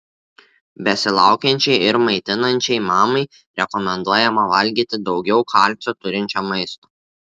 besilaukiančiai ir maitinančiai mamai rekomenduojama valgyti daugiau kalcio turinčio maisto